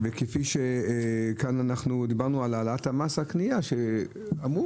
כפי שאמרנו כאן על העלאת מס הקניה אמרו